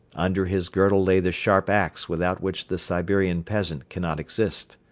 under his girdle lay the sharp ax without which the siberian peasant cannot exist.